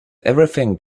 everything